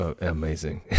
amazing